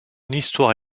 histoire